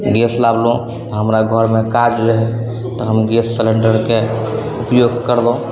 gas लाबलहुँ हमरा घरमे काज रहै तऽ हम गैस सिलेण्डरके उपयोग करलहुँ